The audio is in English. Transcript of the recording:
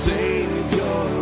Savior